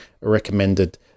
recommended